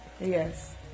yes